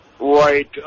Right